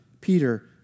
Peter